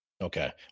Okay